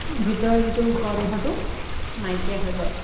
ভিতৰৰ যিটো গোন্ধটো নাইকিয়া হৈ যায়